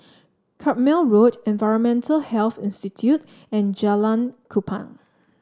Carpmael Road Environmental Health Institute and Jalan Kupang